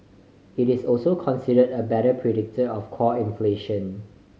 it is also considered a better predictor of core inflation